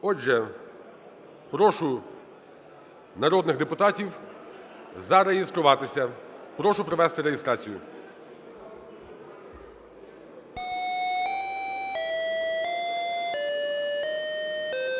Отже, прошу народних депутатів зареєструватися. Прошу провести реєстрацію.